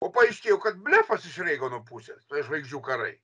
o paaiškėjo kad blefas iš reigano pusės tuoj žvaigždžių karai